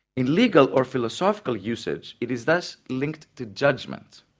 in legal or philosophical usage, it is thus linked to judgment,